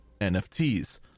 NFTs